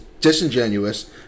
disingenuous